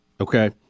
okay